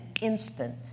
instant